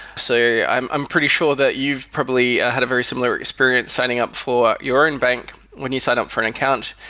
so i'm i'm pretty sure that you've probably had a very similar experience signing up for your own bank when you sign up for an account.